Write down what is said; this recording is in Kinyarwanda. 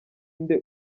inde